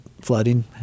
flooding